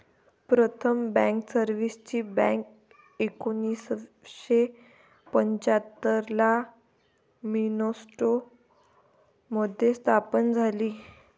प्रथम बँकर्सची बँक एकोणीसशे पंच्याहत्तर ला मिन्सोटा मध्ये स्थापन झाली